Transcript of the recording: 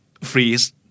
freeze